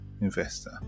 investor